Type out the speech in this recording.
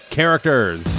Characters